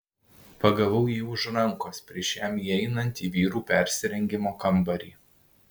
pagavau jį už rankos prieš jam įeinant į vyrų persirengimo kambarį